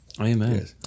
amen